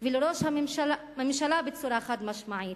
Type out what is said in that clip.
ולראש הממשלה בצורה חד-משמעית: